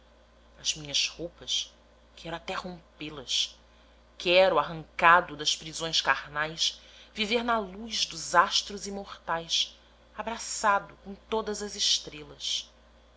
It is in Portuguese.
as minhas roupas quero até rompê las quero arrancado das prisões carnais viver na luz dos astros imortais abraçado com todas as estrelas